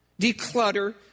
declutter